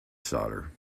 solder